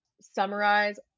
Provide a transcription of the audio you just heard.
summarize